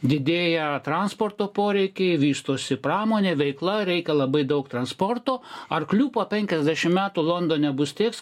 didėja transporto poreikiai vystosi pramonė veikla reikia labai daug transporto arklių po penkiasdešimt metų londone bus tieks